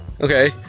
Okay